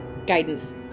Guidance